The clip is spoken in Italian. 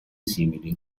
simili